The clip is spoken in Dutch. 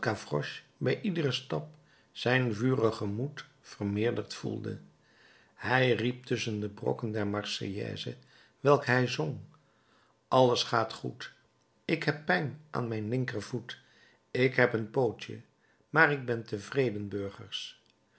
bij iederen stap zijn vurigen moed vermeerderd voelde hij riep tusschen de brokken der marseillaise welke hij zong alles gaat goed ik heb pijn aan mijn linkervoet ik heb het pootje maar ik ben tevreden burgers